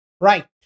right